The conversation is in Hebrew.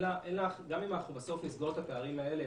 גם אם בסוף אנחנו נסגור את הפערים האלה,